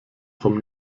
vom